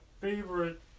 favorite